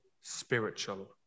spiritual